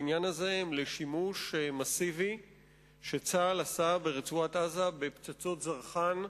הן על שימוש מסיבי שצה"ל עשה ברצועת-עזה בפצצות זרחן,